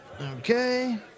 Okay